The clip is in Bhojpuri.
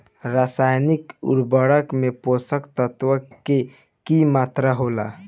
रसायनिक उर्वरक में पोषक तत्व के की मात्रा होला?